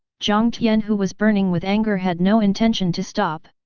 jiang tian who was burning with anger had no intention to stop.